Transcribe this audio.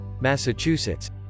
Massachusetts